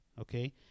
Okay